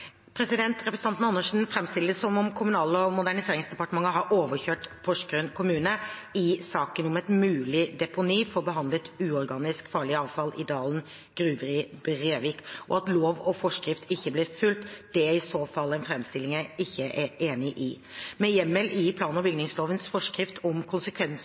Representanten Andersen framstiller det som om Kommunal- og moderniseringsdepartementet har overkjørt Porsgrunn kommune i saken om et mulig deponi for behandlet uorganisk farlig avfall i Dalen gruver i Brevik, og at lov og forskrift ikke har blitt fulgt. Det er i så fall en framstilling jeg ikke er enig i. Med hjemmel i plan- og bygningslovens forskrift om